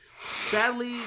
sadly